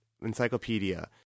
Encyclopedia